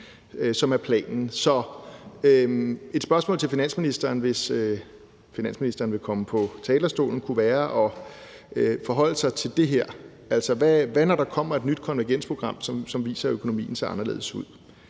som er planen. Så et spørgsmål til finansministeren, hvis finansministeren vil komme på talerstolen, kunne være at forholde sig til det her. Hvad sker der, når der kommer et nyt konvergensprogram, som viser, at økonomien ser anderledes ud?